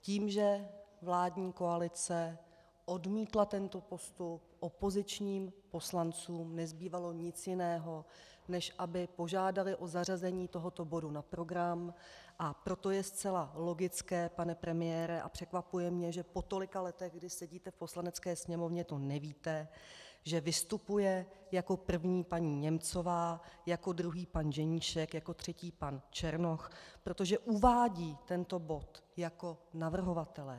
Tím, že vládní koalice odmítla tento postup, opozičním poslancům nezbývalo nic jiného, než aby požádali o zařazení tohoto bodu na program, a proto je zcela logické, pane premiére, a překvapuje mě, že po tolika letech, kdy sedíte v Poslanecké sněmovně, to nevíte, že vystupuje jako první paní Němcová, jako druhý pan Ženíšek, jako třetí pan Černoch, protože uvádějí tento bod jako navrhovatelé.